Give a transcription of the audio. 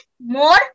more